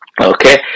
Okay